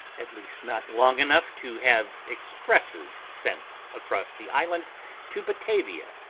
at least not long enough to have expresses sent across the island to batavia,